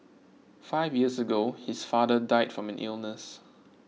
five years ago his father died from an illness